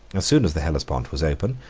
as soon as the hellespont was open,